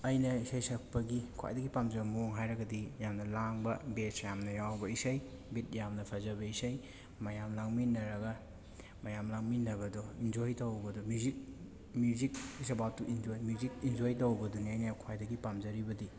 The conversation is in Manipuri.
ꯑꯩꯅ ꯏꯁꯩ ꯁꯛꯄꯒꯤ ꯈ꯭ꯋꯩꯏꯗꯒꯤ ꯄꯥꯝꯖꯕ ꯃꯑꯣꯡ ꯍꯥꯏꯔꯒꯗꯤ ꯌꯥꯝꯅ ꯂꯥꯡꯕ ꯕꯦꯁ ꯌꯥꯝꯅ ꯌꯥꯎꯕ ꯏꯁꯩ ꯕꯤꯠ ꯌꯥꯝꯅ ꯐꯖꯕ ꯏꯁꯩ ꯃꯌꯥꯝ ꯂꯥꯡꯃꯤꯟꯅꯔꯒ ꯃꯌꯥꯝ ꯂꯥꯡꯃꯤꯟꯅꯕꯗꯣ ꯏꯟꯖꯣꯏ ꯇꯧꯕꯗꯣ music music is about to enjoy music enjoy ꯇꯧꯕꯗꯨꯅꯦ ꯑꯩꯅ ꯈ꯭ꯋꯥꯏꯗꯒꯤ ꯄꯥꯝꯖꯔꯤꯕꯗꯤ